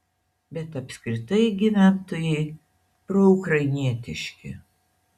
bet apskritai gyventojai proukrainietiški